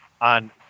on